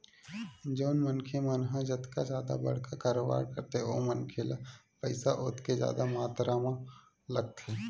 जउन मनखे मन ह जतका जादा बड़का कारोबार करथे ओ मनखे ल पइसा ओतके जादा मातरा म लगथे